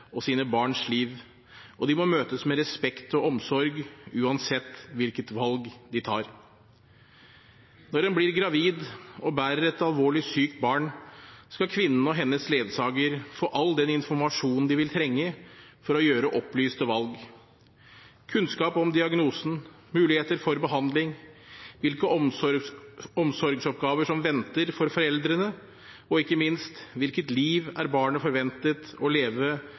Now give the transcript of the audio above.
og sine barns liv. De må møtes med respekt og omsorg uansett hvilket valg de tar. Når en blir gravid og bærer et alvorlig sykt barn, skal kvinnen og hennes ledsager få all den informasjon de vil trenge for å gjøre opplyste valg: kunnskap om diagnosen, muligheter for behandling, hvilke omsorgsoppgaver som venter for foreldrene, og ikke minst hvilket liv barnet er forventet å leve